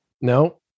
no